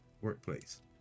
Workplace